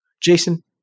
Jason